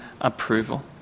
approval